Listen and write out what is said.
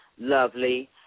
lovely